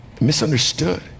misunderstood